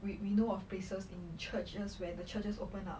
we we know of places in churches where the churches open up